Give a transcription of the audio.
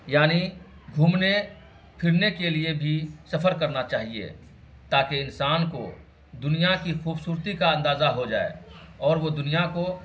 یعنی گھومنے پھرنے کے لیے بھی سفر کرنا چاہیے تاکہ انسان کو دنیا کی خوبصورتی کا اندازہ ہو جائے اور وہ دنیا کو